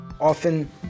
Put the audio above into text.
often